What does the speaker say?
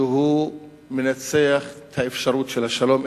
שהוא מנצח את האפשרות של השלום.